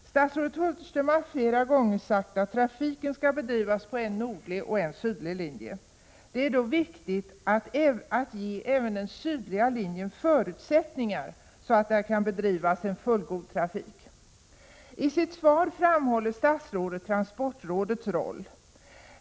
Statsrådet Hulterström har flera gånger sagt att trafiken skall bedrivas på en nordlig och en sydlig linje. Det är då viktigt att ge även den sydliga linjen förutsättningar så att där kan bedrivas en fullgod trafik. I sitt svar framhåller statsrådet transportrådets roll.